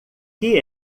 que